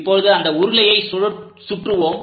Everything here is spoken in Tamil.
இப்போது அந்த உருளையை சுற்றுவோம்